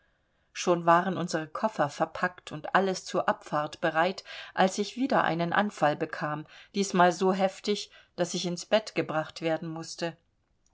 schon waren unsere koffer verpackt und alles zur abfahrt bereit als ich wieder einen anfall bekam diesmal so heftig daß ich ins bett gebracht werden mußte